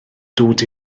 dod